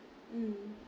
mm